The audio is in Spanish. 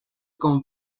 con